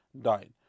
died